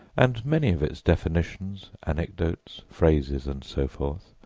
and many of its definitions, anecdotes, phrases and so forth,